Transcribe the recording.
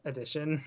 Edition